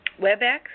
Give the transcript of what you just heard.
WebEx